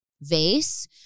vase